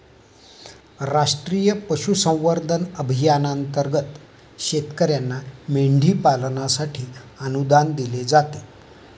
राष्ट्रीय पशुसंवर्धन अभियानांतर्गत शेतकर्यांना मेंढी पालनासाठी अनुदान दिले जाते